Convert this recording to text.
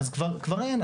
אז כבר אין.